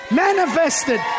manifested